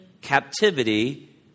captivity